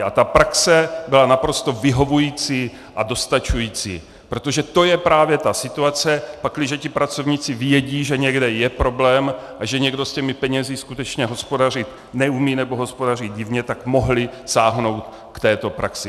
A ta praxe byla naprosto vyhovující a dostačující, protože to je právě ta situace, pakliže ti pracovníci vědí, že někde je problém a že někdo s těmi penězi skutečně hospodařit neumí nebo hospodaří divně, tak mohli sáhnout k této praxi.